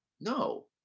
No